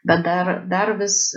bet dar dar vis